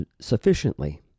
sufficiently